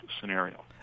scenario